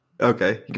Okay